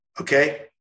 Okay